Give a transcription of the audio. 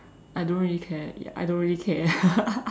I don't really care ya I don't really care